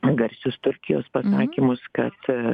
garsius turkijos pasakymus kad